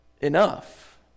enough